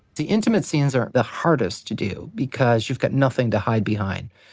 the intimate scenes are, the hardest to do because you've got nothing to hide behind.